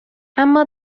اما